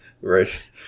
Right